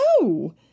No